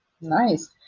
Nice